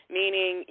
meaning